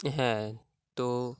হ্যাঁ তো